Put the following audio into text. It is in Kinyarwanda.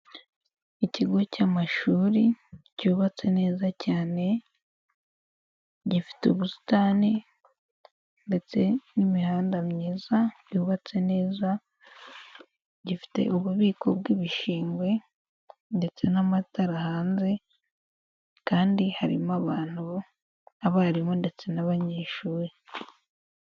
Ikigo cy'amashuri cyubatse neza cyane, gifite ubusitani, ndetse n'imihanda myiza yubatse neza, gifite ububiko bw'ibishingwe ndetse n'amatara hanze, kandi harimo abantu, abarimu ndetse n'abanyeshuri.